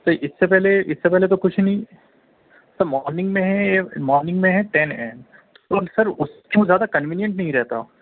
سر اس سے پہلے اس سے پہلے تو کچھ نہیں سر مارننگ میں ہے اے مارننگ میں ہے ٹین ہے اور سر اس سے زیادہ کنوینیئنٹ نہیں رہتا